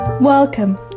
Welcome